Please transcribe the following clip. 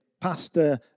pastor